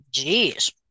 Jeez